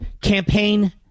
campaign